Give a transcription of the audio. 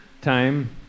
time